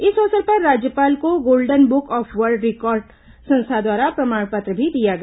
इस अवसर पर राज्यपाल को golden book of world record संस्था द्वारा प्रमाण पत्र भी दिया गया